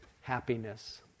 happiness